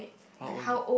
how old